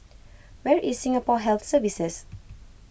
where is Singapore Health Services